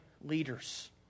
leaders